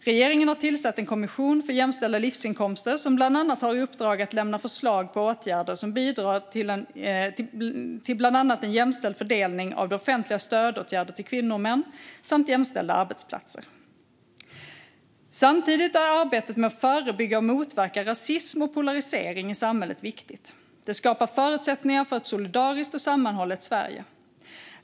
Regeringen har tillsatt en kommission för jämställda livsinkomster som bland annat har i uppdrag att lämna förslag på åtgärder som bidrar till bland annat en jämställd fördelning av det offentligas stödåtgärder till kvinnor och män samt jämställda arbetsplatser. Samtidigt är arbetet med att förebygga och motverka rasism och polarisering i samhället viktigt. Det skapar förutsättningar för ett solidariskt och sammanhållet Sverige.